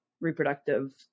reproductive